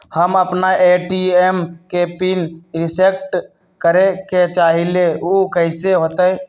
हम अपना ए.टी.एम के पिन रिसेट करे के चाहईले उ कईसे होतई?